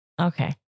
Okay